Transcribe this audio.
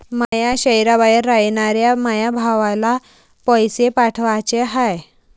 माया शैहराबाहेर रायनाऱ्या माया भावाला पैसे पाठवाचे हाय